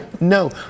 no